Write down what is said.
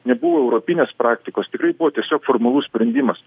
nebuvo europinės praktikos tikrai buvo tiesiog formalus sprendimas